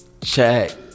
Check